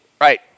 Right